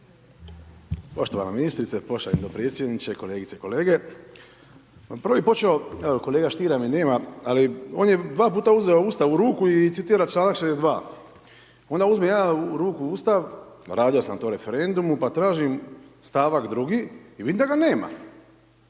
Poštovana ministrice, poštovani dopredsjedniče, kolegice i kolege, prvo bih počeo, kolege Stiera mi nema, ali on je dva puta uzeo Ustav u ruku i citira članak 62., ona uzmem ja u ruku Ustav, radio sam to referendumu, pa tražim stavak 2. i vidim da ga nema.